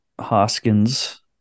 Hoskins